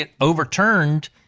overturned